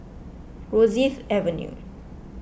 Rosyth Avenue